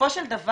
בסופו של דבר,